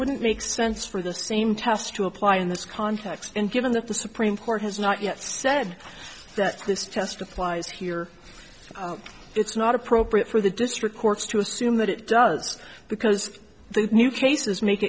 wouldn't make sense for the same test to apply in this context and given that the supreme court has not yet said that this test applies here it's not appropriate for the district courts to assume that it does because the new cases make